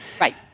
Right